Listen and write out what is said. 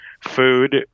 food